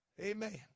Amen